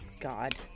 God